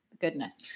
Goodness